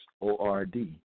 ORD